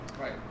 Right